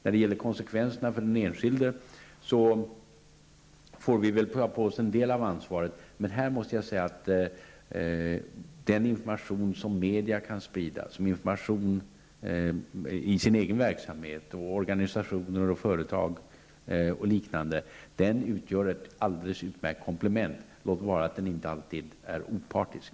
När det gäller konsekvenserna för den enskilde får vi väl ta på oss en del av ansvaret. Men i detta sammanhang måste jag säga att den information som media kan sprida, såsom information i sin egen verksamhet, i organisationer, företag och liknande utgör ett alldeles utmärkt komplement -- låt vara att den inte alltid är opartisk.